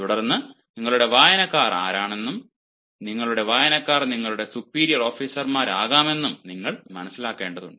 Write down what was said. തുടർന്ന് നിങ്ങളുടെ വായനക്കാർ ആരാകാമെന്നും നിങ്ങളുടെ വായനക്കാർ നിങ്ങളുടെ സുപ്പീരിയർ ഓഫീസർമാരാകാമെന്നും നിങ്ങൾ മനസിലാക്കേണ്ടതുണ്ട്